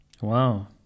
Wow